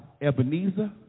Ebenezer